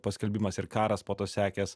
paskelbimas ir karas po to sekęs